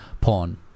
porn